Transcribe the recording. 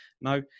no